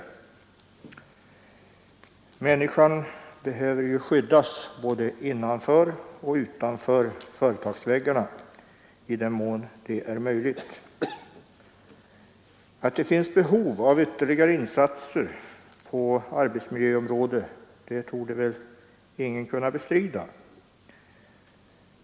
Människan behöver skyddas både innanför och utanför företagsväggarna i den mån det är möjligt. Att det finns behov av ytterligare insatser på arbetsmiljöområdet torde ingen kunna bestrida.